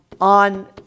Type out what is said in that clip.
on